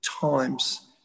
times